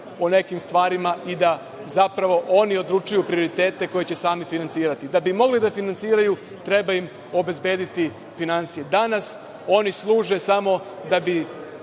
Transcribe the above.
o nekim stvarima i da zapravo oni odlučuju o prioritetima koje će sami finansirati. Da bi mogli da finansiraju treba im obezbediti finansije. Danas oni služe da bi